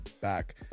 back